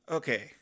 Okay